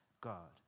God